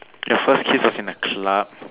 you're first kiss was in a club